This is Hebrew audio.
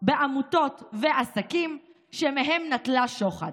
בעמותות ובעסקים שמהם נטלה שוחד.